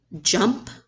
jump